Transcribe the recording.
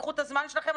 תיקחו את הזמן שלכם,